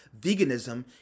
veganism